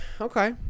Okay